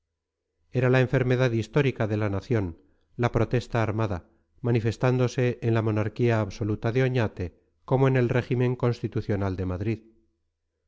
era la enfermedad histórica de la nación la protesta armada manifestándose en la monarquía absoluta de oñate como en el régimen constitucional de madrid